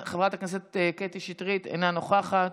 חברת הכנסת קטי שטרית, אינה נוכחת,